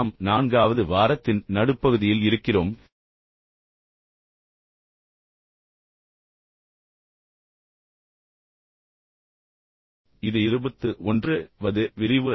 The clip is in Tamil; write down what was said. நாம் நான்காவது வாரத்தின் நடுப்பகுதியில் இருக்கிறோம் இது 21 வது விரிவுரை